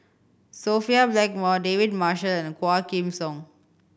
Sophia Blackmore David Marshall and Quah Kim Song